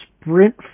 sprint